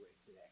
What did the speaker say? today